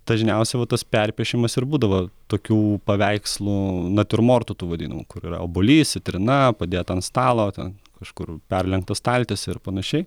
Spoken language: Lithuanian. dažniausiai va tas perpiešimas ir būdavo tokių paveikslų natiurmortų tų vadinamų kur yra obuolys citrina padėta ant stalo ten kažkur perlenkta staltiesė ir panašiai